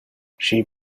she